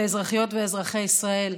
לאזרחיות ואזרחי ישראל.